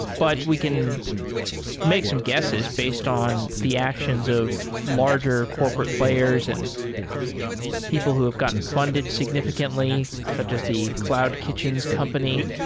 but we can make some guesses based on the actions of larger corporate players and people who've gotten funded signifi cantly such as the cloud kitchens company.